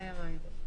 זה הרעיון.